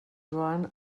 joan